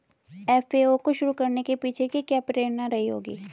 FAO को शुरू करने के पीछे की क्या प्रेरणा रही होगी?